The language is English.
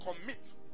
commit